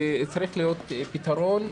וצריך להיות פתרון,